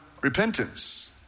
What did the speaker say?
repentance